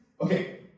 okay